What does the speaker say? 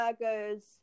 burgers